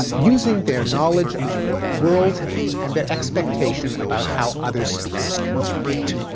ah using their knowledge of the world and their expectation about how other speakers communicate.